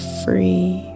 free